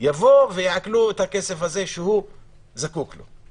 יעקלו את הכסף הזה שהוא זקוק לו.